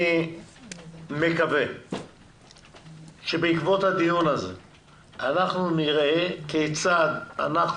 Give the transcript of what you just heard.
לכן אני מקווה שבעקבות הדיון הזה אנחנו נראה כיצד אנחנו